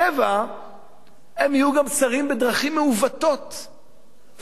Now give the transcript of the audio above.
הם יהיו גם שרים בדרכים מעוותות ובקומבינות פוליטיות.